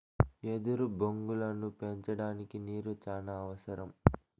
ఎదురు బొంగులను పెంచడానికి నీరు చానా అవసరం